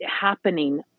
happening